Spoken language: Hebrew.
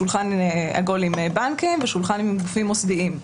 שולחן עגול עם בנקים ושולחן עם גופים מוסדיים,